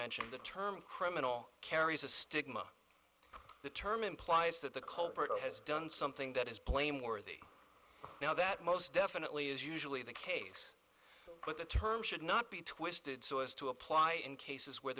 mentioned the term criminal carries a stigma the term implies that the culprit has done something that is blameworthy now that most definitely is usually the case with the term should not be twisted so as to apply in cases where